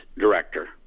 director